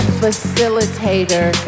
facilitator